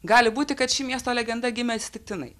gali būti kad ši miesto legenda gimė atsitiktinai